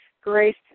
grace